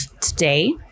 today